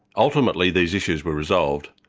ultimately these issues were resolved,